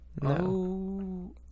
No